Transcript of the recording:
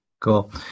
Cool